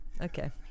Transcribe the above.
okay